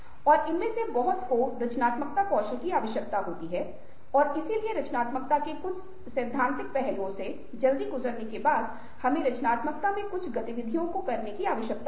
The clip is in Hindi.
और इनमें से बहुत को रचनात्मकता कौशल की आवश्यकता होती है और इसलिए रचनात्मकता के कुछ सैद्धांतिक पहलुओं से जल्दी गुजरने के बाद हमें रचनात्मकता में कुछ गतिविधियों को करने की आवश्यकता होगी